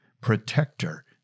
protector